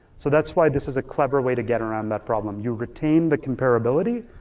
so that's why this is a clever way to get around that problem. you retain the comparability,